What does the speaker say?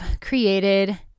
created